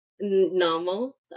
Normal